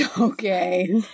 Okay